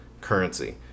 currency